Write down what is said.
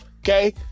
okay